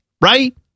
Right